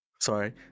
sorry